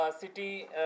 City